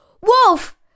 Wolf